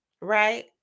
right